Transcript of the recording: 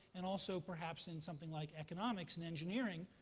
and also perhaps in something like economics and engineering,